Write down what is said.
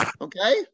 Okay